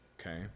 okay